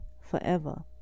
forever